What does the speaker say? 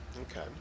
Okay